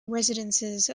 residences